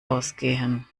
ausgehen